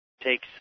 Takes